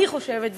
אני חושבת,